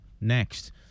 next